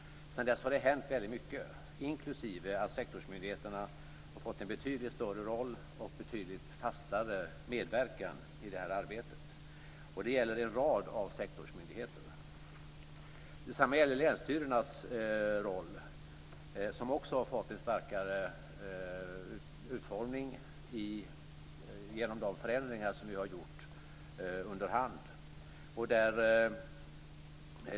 Sedan dess har det hänt väldigt mycket, inklusive att sektorsmyndigheterna har fått en betydligt större roll och en betydligt fastare medverkan i det här arbetet. Det gäller en rad av sektorsmyndigheter. Detsamma gäller länsstyrelsernas roll som också har fått en starkare utformning genom de förändringar vi har gjort under hand.